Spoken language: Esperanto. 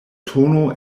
tono